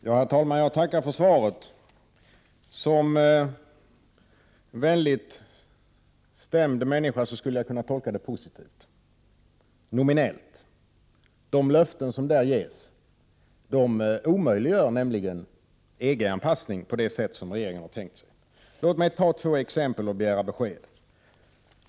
Herr talman! Jag tackar försvaret. Som en vänligt stämd människa skulle jag kunna tolka det positivt, nominellt. De löften som ges i svaret omöjliggör nämligen EG-anpassning på det sätt som regeringen har tänkt sig. Låt mig ta två exempel och begära besked.